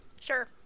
Sure